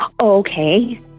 Okay